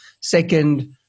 Second